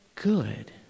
good